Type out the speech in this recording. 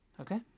okay